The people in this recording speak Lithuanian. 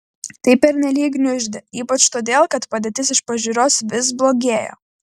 tai pernelyg gniuždė ypač todėl kad padėtis iš pažiūros vis blogėjo